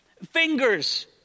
fingers